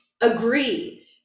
agree